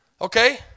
Okay